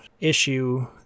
issue